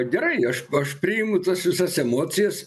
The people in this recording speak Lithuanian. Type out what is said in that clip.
gerai aš aš priimu tas visas emocijas